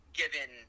given